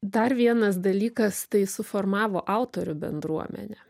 dar vienas dalykas tai suformavo autorių bendruomenę